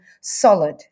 solid